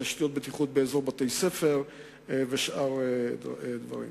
תשתיות בטיחות באזור בתי-ספר ושאר דברים.